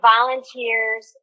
Volunteers